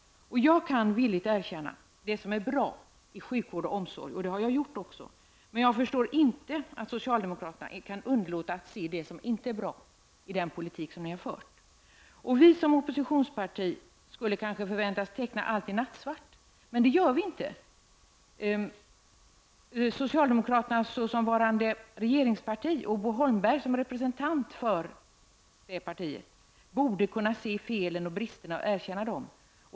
Jag kan villigt erkänna det som är bra i sjukvård och omsorg. Det har jag också gjort. Men jag förstår inte att socialdemokraterna kan underlåta att se det som inte är bra i den politik som de har fört. Vi som oppositionsparti skulle kanske förväntas teckna allt i nattsvart. Men det gör vi inte. Socialdemokraterna som varande regeringsparti, och Bo Holmberg som representant för partiet, borde kunna se felen och bristerna och erkänna dem.